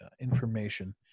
information